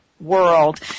world